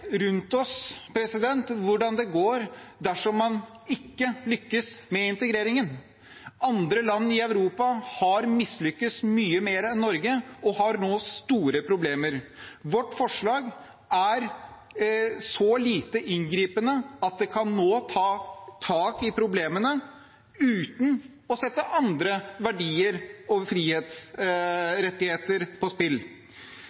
rundt oss hvordan det går dersom man ikke lykkes med integreringen. Andre land i Europa har mislyktes mye mer enn Norge, og har nå store problemer. Vårt forslag er så lite inngripende at det nå kan ta tak i problemene uten å sette andre verdier og